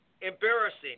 embarrassing